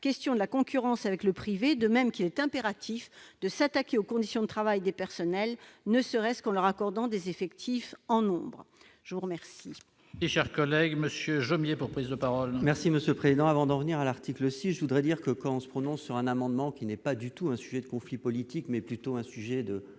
celle de la concurrence avec le privé. Il est également impératif de s'attaquer aux conditions de travail des personnels, ne serait-ce qu'en leur accordant des effectifs en nombre. La parole